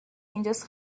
اینجاس